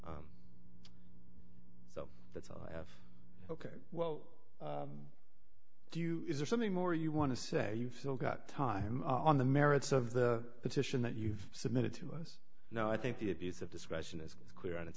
six so that's all i have ok well do you is there something more you want to say you've still got time on the merits of the petition that you've submitted to us no i think the abuse of discretion is clear on